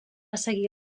seguir